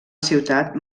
ciutat